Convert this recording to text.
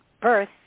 birth